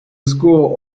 school